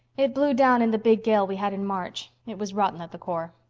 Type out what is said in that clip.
it blew down in the big gale we had in march. it was rotten at the core.